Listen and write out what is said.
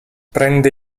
prende